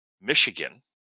Michigan